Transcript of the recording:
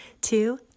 two